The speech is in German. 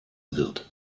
wird